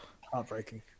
Heartbreaking